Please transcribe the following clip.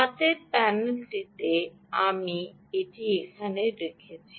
হাতের প্যানেলটিতে আমি এটি এখানে রেখেছি